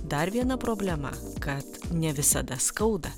dar viena problema kad ne visada skauda